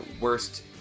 Worst